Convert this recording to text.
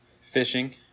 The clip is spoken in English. Fishing